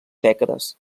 dècades